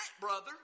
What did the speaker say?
brother